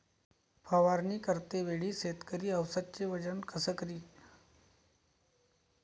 फवारणी करते वेळी शेतकरी औषधचे वजन कस करीन?